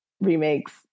remakes